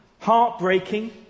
heartbreaking